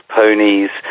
ponies